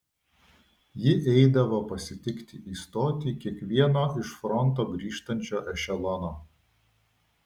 ji eidavo pasitikti į stotį kiekvieno iš fronto grįžtančio ešelono